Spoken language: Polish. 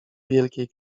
wielkiej